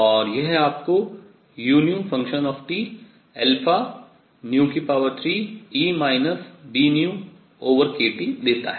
और यह आपको u 3e βνkT देता है